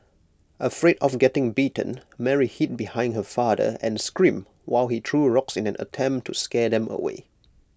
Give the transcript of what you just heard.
afraid of getting bitten Mary hid behind her father and screamed while he threw rocks in an attempt to scare them away